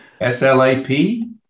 S-L-A-P